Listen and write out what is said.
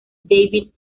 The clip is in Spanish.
david